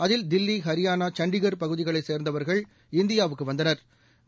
அதில் தில்லி ஹரியானா சண்டிகள் பகுதிகளைசே்ந்தவா்கள் இந்தியாவுக்குவந்தனா்